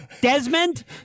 Desmond